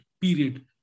period